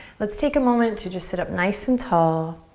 let's take a moment to just sit up nice and tall